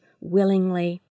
willingly